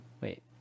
wait